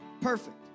Perfect